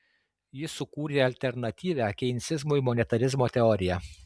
jis sukūrė alternatyvią keinsizmui monetarizmo teoriją